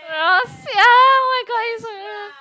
ya oh-my-god